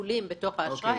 מהשיקולים בתוך האשראי.